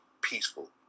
peaceful